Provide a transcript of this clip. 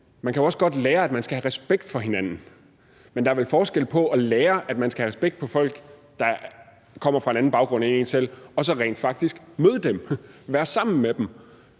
Man kan jo også godt lære, at man skal have respekt for hinanden, men der er vel forskel på at lære, at man skal have respekt for folk, der kommer fra en anden baggrund end en selv, og så rent faktisk møde dem, være sammen med dem,